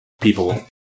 people